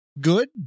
good